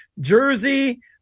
jersey